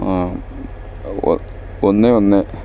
ഒന്ന് ഒന്ന്